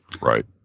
Right